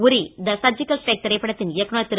Uri the surgical strike திரைப்படத்தின் இயக்குநர் திரு